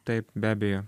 taip be abejo